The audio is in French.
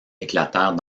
éclatèrent